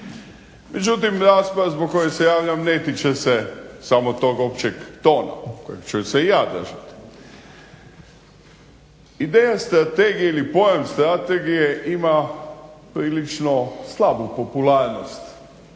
Međutim, rasprava zbog koje se javljam ne tiče se samo tog općeg tona kojeg ću se i ja držat. Ideja strategije ili pojam strategije ima prilično slabu popularnost.